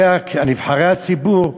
נבחרי הציבור,